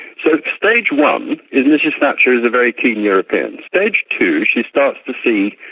so stage one is mrs thatcher is a very keen european. stage two, she starts to see,